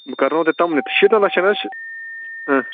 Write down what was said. بہٕ کَرناوو تۄہہِ تمنٕے شیٖتن لچھَن حظ چھُ